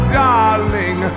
darling